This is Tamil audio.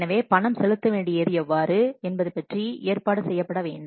எனவே பணம் செலுத்த வேண்டியது எவ்வாறு என்பது பற்றி ஏற்பாடு செய்யப்பட வேண்டும்